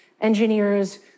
engineers